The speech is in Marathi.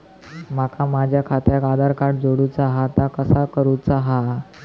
माका माझा खात्याक आधार कार्ड जोडूचा हा ता कसा करुचा हा?